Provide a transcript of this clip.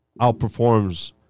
outperforms